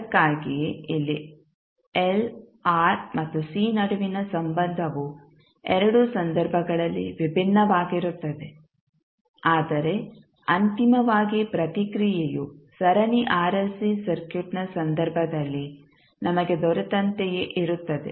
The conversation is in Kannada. ಅದಕ್ಕಾಗಿಯೇ ಇಲ್ಲಿ L R ಮತ್ತು C ನಡುವಿನ ಸಂಬಂಧವು ಎರಡೂ ಸಂದರ್ಭಗಳಲ್ಲಿ ವಿಭಿನ್ನವಾಗಿರುತ್ತದೆ ಆದರೆ ಅಂತಿಮವಾಗಿ ಪ್ರತಿಕ್ರಿಯೆಯು ಸರಣಿ ಆರ್ಎಲ್ಸಿ ಸರ್ಕ್ಯೂಟ್ನ ಸಂದರ್ಭದಲ್ಲಿ ನಮಗೆ ದೊರೆತಂತೆಯೇ ಇರುತ್ತದೆ